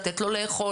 לתת לו לאכול,